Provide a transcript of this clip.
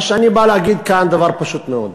מה שאני בא להגיד כאן, דבר פשוט מאוד: